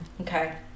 Okay